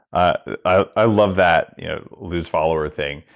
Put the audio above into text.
i love that lose followers thing.